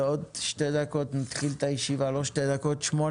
בעוד שמונה דקות נתחיל את הישיבה שלנו בסוגיית מודרי אשראי.